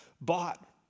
bought